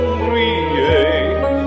create